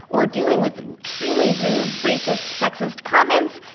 or dealing with extremely rude, racist, sexist comments.